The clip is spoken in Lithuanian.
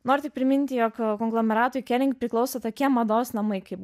noriu tik priminti jog konglomeratui kering priklauso tokie mados namai kaip